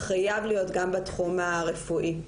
וחייב להיות גם בתחום הרפואי.